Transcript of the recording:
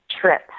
trip